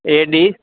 A D